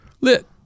Lit